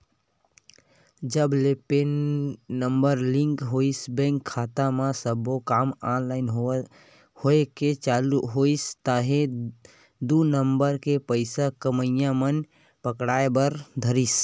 जब ले PAN number link होइस बेंक खाता म सब्बो काम ऑनलाइन होय के चालू होइस ताहले दू नंबर के पइसा कमइया मन पकड़ाय बर धरिस